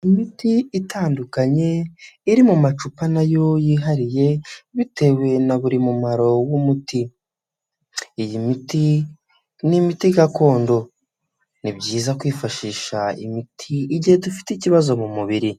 Imiti itandukanye iri mu macupa nayo yihariye bitewe na buri mumaro w'umuti, iyi miti n'imiti gakondo. Ni byiza kwifashisha imiti igihe dufite ikibazo mu mubiri.